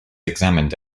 examined